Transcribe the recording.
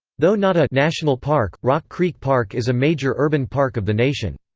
though not a national park, rock creek park is a major urban park of the nation.